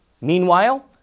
Meanwhile